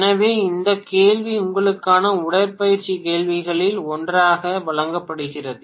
எனவே இந்த கேள்வி உங்களுக்கான உடற்பயிற்சி கேள்விகளில் ஒன்றாக வழங்கப்பட்டுள்ளது